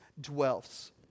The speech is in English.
dwells